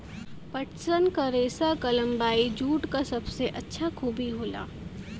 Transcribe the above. पटसन क रेसा क लम्बाई जूट क सबसे अच्छा खूबी होला